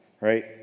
right